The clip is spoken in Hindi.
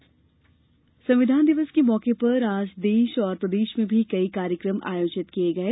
संविधान दिवस संविधान दिवस के मौके पर आज देश और प्रदेश में कई कार्यक्रम आयोजित किये जा रहे हैं